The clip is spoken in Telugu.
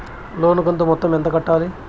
లోను కంతు మొత్తం ఎంత కట్టాలి?